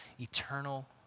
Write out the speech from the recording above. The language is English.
eternal